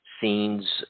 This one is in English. scenes